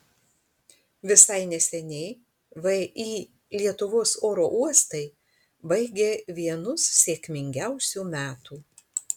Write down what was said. visai neseniai vį lietuvos oro uostai baigė vienus sėkmingiausių metų